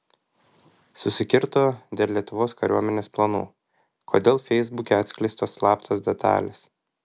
susikirto dėl lietuvos kariuomenės planų kodėl feisbuke atskleistos slaptos detalės